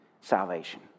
salvation